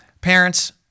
parents